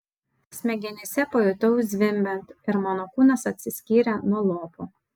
smegenyse pajutau zvimbiant ir mano kūnas atsiskyrė nuo lopo